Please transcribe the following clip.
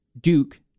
Duke